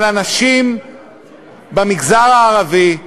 אבל אנשים במגזר הערבי,